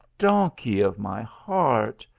donkey of my heart!